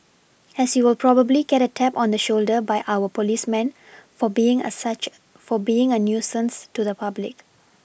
as you will probably get a tap on the shoulder by our policeman for being a such for being a nuisance to the public